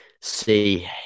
see